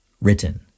written